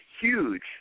huge